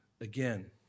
again